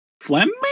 Fleming